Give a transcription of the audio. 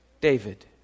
David